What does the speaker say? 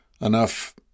enough